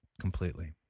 completely